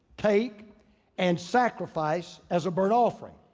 take and sacrifice as a burnt offering.